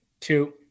Two